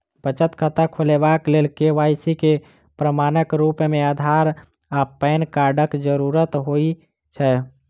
बचत खाता खोलेबाक लेल के.वाई.सी केँ प्रमाणक रूप मेँ अधार आ पैन कार्डक जरूरत होइ छै